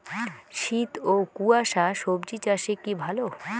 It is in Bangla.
শীত ও কুয়াশা স্বজি চাষে কি ভালো?